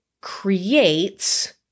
creates